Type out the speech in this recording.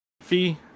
Fee